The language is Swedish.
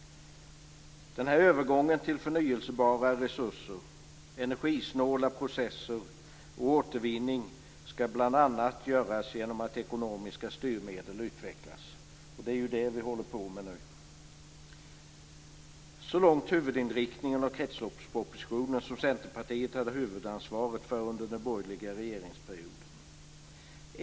Den här övergången till förnybara resurser, energisnåla processer och återvinning skall bl.a. göras genom att ekonomiska styrmedel utvecklas. Och det är ju det vi håller på med nu. Så långt huvudinriktningen av kretsloppspropositionen som Centerpartiet hade huvudansvaret för under borgerliga regeringsperioden.